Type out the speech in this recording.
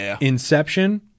Inception